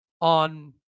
on